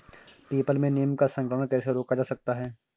People में नीम का संकरण कैसे रोका जा सकता है?